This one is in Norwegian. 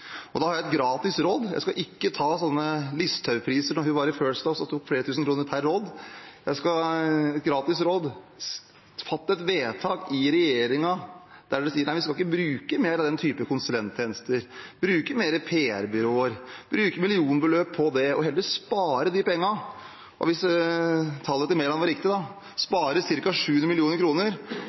og høre. Da har jeg et gratis råd – jeg skal ikke ta sånne Listhaug-priser som da hun var i First House og tok flere tusen kroner per råd, jeg skal gi et gratis råd: Fatt et vedtak i regjeringen der dere sier at nei, vi skal ikke bruke mer av den typen konsulenttjenester, bruke PR-byråer mer, bruke millionbeløp på det, men heller spare de pengene. Hvis tallet til Mæland var riktig, kan man spare ca. 700